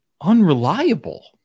unreliable